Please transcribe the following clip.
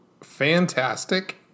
fantastic